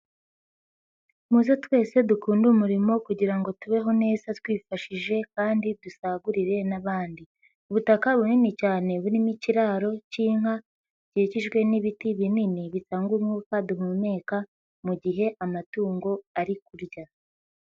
Muze twese dukunde umurimo kugira ngo tubeho neza twifashije kandi dusagurire n'abandi, ubutaka bunini cyane burimo ikiraro cy'inka, gikikijwe n'ibiti binini bitanga umwuka duhumeka mu gihe amatungo ari .